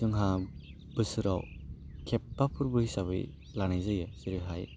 जोंहा बोसोराव खेबबा फोर्बो हिसाबै लानाय जायो जेरैहाय